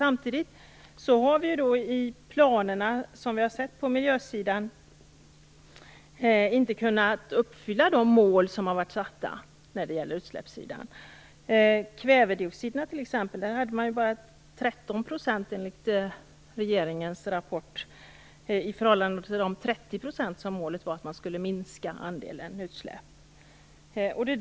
Samtidigt har vi i de planer som vi har sett på miljösidan inte kunnat uppfylla de mål som har satts upp när det gäller utsläpp. Man hade t.ex. bara uppnått 13 procents minskning av kvävedioxider enligt regeringens rapport i förhållande till de 30 % som målet var att man skulle minska andelen utsläpp med.